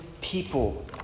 people